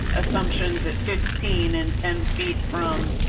assumptions at fifteen and ten feet from